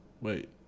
Wait